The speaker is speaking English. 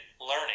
learning